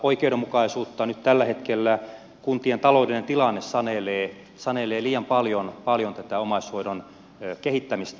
nyt tällä hetkellä kuntien taloudellinen tilanne sanelee liian paljon tätä omaishoidon kehittämistä